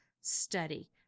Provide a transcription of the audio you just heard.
study